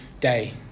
day